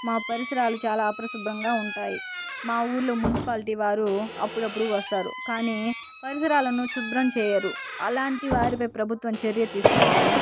మా పరిసరాలు చాలా అపరిశుభ్రంగా ఉంటాయి మా ఊరిలో మున్సిపాలిటీ వారు అప్పుడప్పుడు వస్తారు కానీ పరిసరాలను శుభ్రం చేయరు అలాంటి వారిపై ప్రభుత్వం చర్య తీసుకోవాలి